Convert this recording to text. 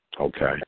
Okay